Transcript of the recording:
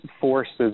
forces